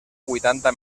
huitanta